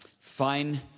fine